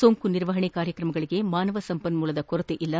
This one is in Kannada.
ಸೋಂಕು ನಿರ್ವಹಣ ಕಾರ್ಯಕ್ರಮಗಳಿಗೆ ಮಾನವ ಸಂಪನ್ಮೂಲದ ಕೊರತೆ ಇಲ್ಲ